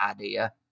idea